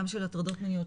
גם של הטרדות מיניות,